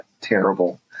terrible